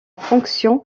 fonction